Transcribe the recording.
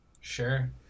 sure